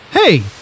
Hey